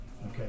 okay